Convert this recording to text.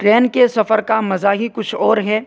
train کے سفر کا مزہ ہی کچھ اور ہے